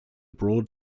broad